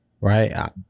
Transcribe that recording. right